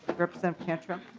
representative cantrell